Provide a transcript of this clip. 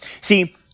See